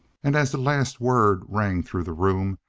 and as the last word rang through the room,